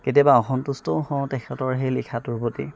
কেতিয়াবা অসন্তুষ্টও হওঁ তেখেতৰ সেই লিখাটোৰ প্ৰতি